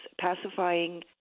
pacifying